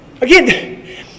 Again